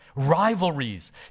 Rivalries